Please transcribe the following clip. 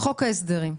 "חוק ההסדרים",